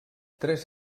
tres